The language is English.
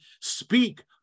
Speak